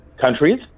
countries